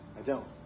i don't.